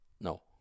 No